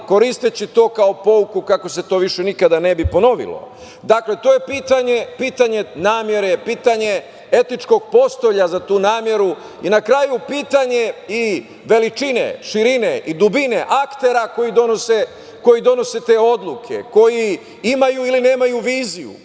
koristeći to kao pouku kako se to više nikada ne bi ponovilo. Dakle, to je pitanje namere, pitanje etičkog postolja za tu nameru i na kraju pitanje i veličine, širine i dubine aktera koji donose te odluke, koji imaju ili nemaju viziju,